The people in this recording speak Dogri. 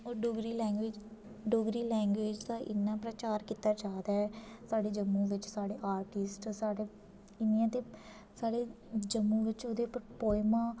होर डोगरी लैंग्वेज डोगरी लैंग्वेज दा इन्ना प्रचार कीता जा दा ऐ साढ़े जम्मू बिच्च साढ़े आर्टिस्ट साढ़े इन्नियां ते साढ़े जम्मू बिच्च एह्दे पर पौइमां